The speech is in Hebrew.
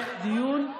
להמשך דיון,